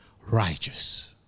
righteous